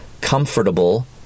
comfortable